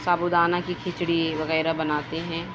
سابو دانا کی کھچڑی وغیرہ بناتے ہیں